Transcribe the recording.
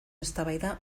eztabaida